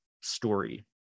story